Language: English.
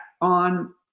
on